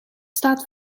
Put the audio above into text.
staat